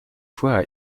fois